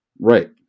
Right